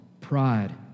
Pride